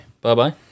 Bye-bye